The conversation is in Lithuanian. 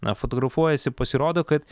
na fotografuojasi pasirodo kad